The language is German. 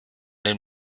den